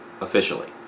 Officially